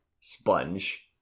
sponge